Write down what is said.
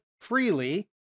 freely